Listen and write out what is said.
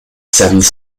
seventh